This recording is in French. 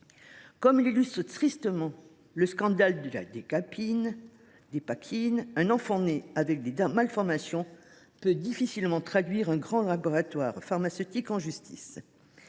Comme l’illustre tristement le scandale de la Dépakine, un enfant né avec des malformations peut difficilement traduire un grand laboratoire pharmaceutique en justice.